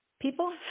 people